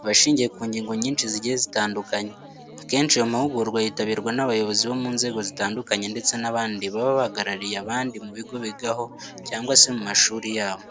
aba ashingiye ku ngingo nyinshi zigiye zitandukanye. Akenshi aya mahugurwa yitabirwa n'abayobozi bo mu nzego zitandukanye ndetse n'abandi baba bahagarariye abandi mu bigo bigaho cyangwa se mu mashuri yabo.